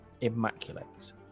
immaculate